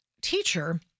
teacher